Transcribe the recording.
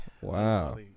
Wow